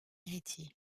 héritier